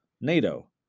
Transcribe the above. NATO